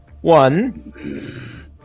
one